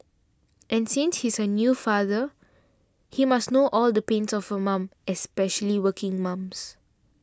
and since he's a new father he must know all the pains of a mum especially working mums